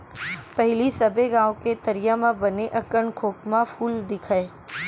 पहिली सबे गॉंव के तरिया म बने अकन खोखमा फूल दिखय